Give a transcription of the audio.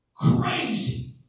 Crazy